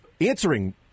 answering